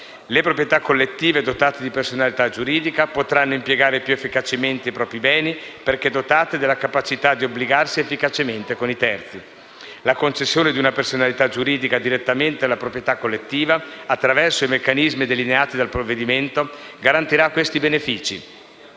Le proprietà collettive dotate di personalità giuridica potranno impiegare più efficacemente i propri beni, perché dotate della capacità di obbligarsi efficacemente con i terzi. La concessione di una personalità giuridica direttamente alla proprietà collettiva, attraverso i meccanismi delineati dal provvedimento, garantirà questi benefici,